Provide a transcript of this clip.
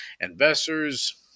Investors